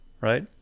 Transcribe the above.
Right